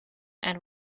and